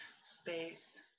space